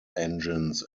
engines